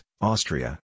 Austria